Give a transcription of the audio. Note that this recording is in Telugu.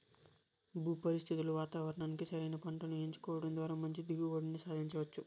భూ పరిస్థితులు వాతావరణానికి సరైన పంటను ఎంచుకోవడం ద్వారా మంచి దిగుబడిని సాధించవచ్చు